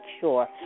sure